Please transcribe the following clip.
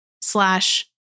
slash